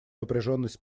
напряженность